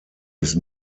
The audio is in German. ist